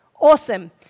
Awesome